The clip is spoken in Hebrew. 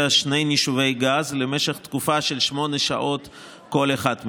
שני נישובי גז למשך תקופה של שמונה שעות לכל אחד מהם.